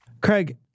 Craig